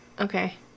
Okay